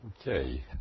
Okay